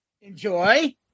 Enjoy